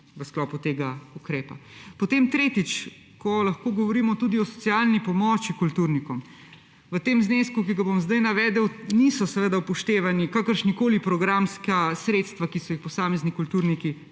v sklopu tega ukrepa. Tretjič. Lahko govorimo tudi o socialni pomoči kulturnikom. V tem znesku, ki ga bom zdaj navedel, niso upoštevana kakršnakoli programska sredstva, ki so jih posamezni kulturniki dobili.